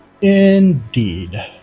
Indeed